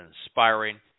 inspiring